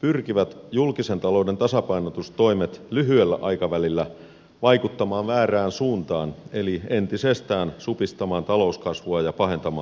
pyrkivät julkisen talouden tasapainotustoimet lyhyellä aikavälillä vaikuttamaan väärään suuntaan eli entisestään supistamaan talouskasvua ja pahentamaan työttömyyttä